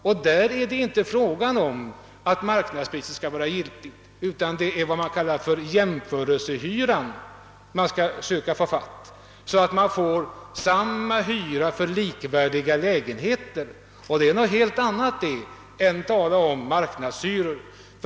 Det är därvid inte fråga om att åstadkomma något marknadspris, utan det är jämförelsehyran dessa åtgärder tar sikte på. Syftet är alltså samma hyra för likvärdiga lägenheter, och det är något helt annat än marknadshyror.